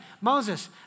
Moses